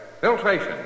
Filtration